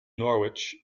norwich